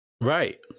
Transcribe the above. Right